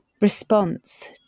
response